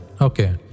Okay